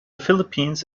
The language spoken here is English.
philippines